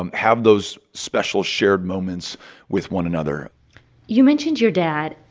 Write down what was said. um have those special shared moments with one another you mentioned your dad.